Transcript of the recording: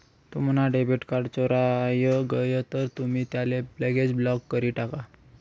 तुम्हना debit card चोराय गय तर तुमी त्याले लगेच ब्लॉक करी टाका